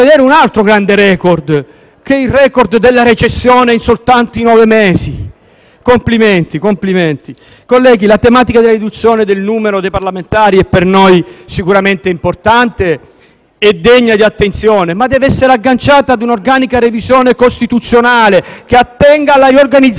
nove mesi. Complimenti! Colleghi, la tematica della riduzione del numero dei parlamentari per noi è sicuramente importante e degna di attenzione, ma deve essere agganciata a un'organica revisione costituzionale, che attenga alla riorganizzazione complessiva della dinamica dei poteri, altrimenti - lo ribadisco con tutte le mie